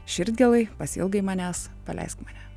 širdgėlai pasiilgai manęs paleisk mane